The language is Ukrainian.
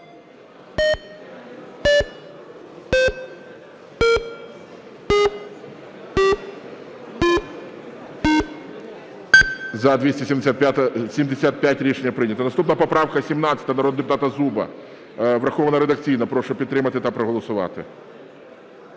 За-275 Рішення прийнято. Наступна – поправка 17 народного депутата Зуба. Врахована редакційно. Прошу підтримати та проголосувати.